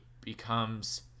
becomes